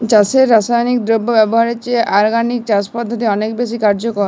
চাষে রাসায়নিক দ্রব্য ব্যবহারের চেয়ে অর্গানিক চাষ পদ্ধতি অনেক বেশি কার্যকর